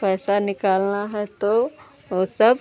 पैसा निकालना है तो वह सब